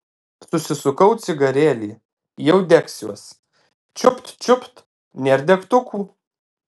susisukau cigarėlį jau degsiuos čiupt čiupt nėr degtukų